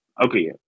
okay